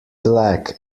black